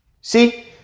see